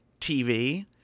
TV